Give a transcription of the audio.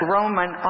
Roman